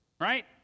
right